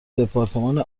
دپارتمان